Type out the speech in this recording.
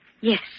Yes